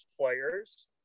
players